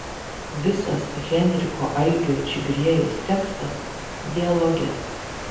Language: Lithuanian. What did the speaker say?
visas henriko algio čigriejaus tekstas dialoge